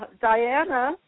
Diana